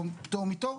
או פטור מתור,